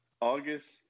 August